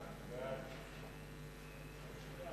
ההצעה